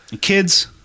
Kids